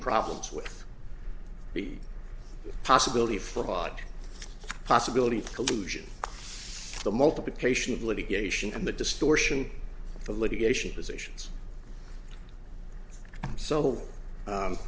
problems with the possibility of flawed possibility of collusion the multiplication of litigation and the distortion of litigation positions so